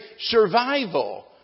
survival